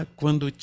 quando